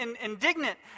indignant